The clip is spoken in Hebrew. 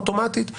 אוטומטית,